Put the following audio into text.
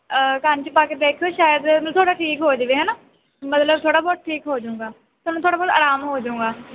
ਕੰਨ 'ਚ ਪਾ ਕੇ ਦੇਖਿਓ ਸ਼ਾਇਦ ਮੈ ਤੁਹਾਡਾ ਠੀਕ ਹੋ ਜਾਵੇ ਹੈ ਨਾ ਮਤਲਬ ਥੋੜ੍ਹਾ ਬਹੁਤ ਠੀਕ ਹੋਜੂਂਗਾ ਥੋੜ੍ਹਾ ਬਹੁਤ ਆਰਾਮ ਹੋਜੂਂਗਾ